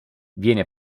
viene